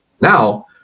now